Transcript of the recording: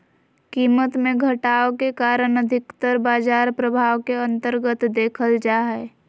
कीमत मे घटाव के कारण अधिकतर बाजार प्रभाव के अन्तर्गत देखल जा हय